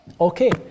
Okay